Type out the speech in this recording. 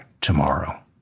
Tomorrow